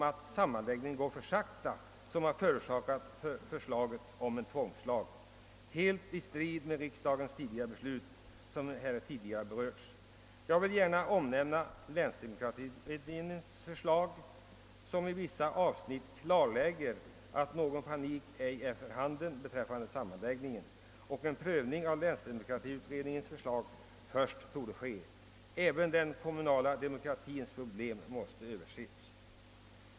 Att sammanläggningen går för sakta torde inte vara bevekelsegrunden för förslaget om en tvångslag helt i strid med riksdagens tidigare fat tade beslut. Vissa avsnitt av länsdemokratiutredningens betänkande klarlägger att någon panik inte för närvarande råder beträffande sammanläggningen. En prövning av länsdemokratiutredningens förslag borde först ske och den kommunala demokratins problem måste ses Över.